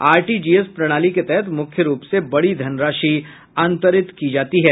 RTGS प्रणाली के तहत मुख्य रूप से बड़ी धनराशि अंतरित की जाती है